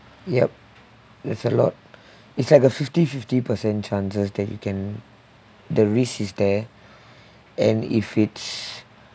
yup it's a lot it's like a fifty fifty percent chances that you can the risk is there and if it's